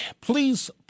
please